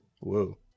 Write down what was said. Whoa